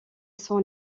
sont